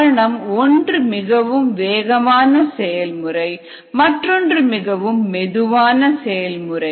காரணம் ஒன்று மிகவும் வேகமான செயல்முறை மற்றொன்று மிகவும் மெதுவான செயல்முறை